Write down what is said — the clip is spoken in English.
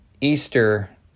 Easter